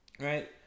right